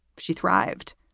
she thrived.